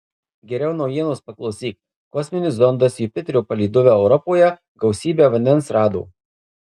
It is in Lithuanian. geriau naujienos paklausyk kosminis zondas jupiterio palydove europoje gausybę vandens rado